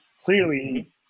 clearly